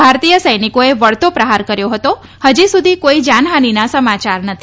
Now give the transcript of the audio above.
ભારતીય સૈનિકોએ વળતો પ્રહાર કર્યો હતો હજુ સુધી કોઇ જાનહાનીનાં સમાચાર નથી